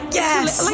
yes